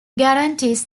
guarantees